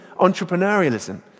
entrepreneurialism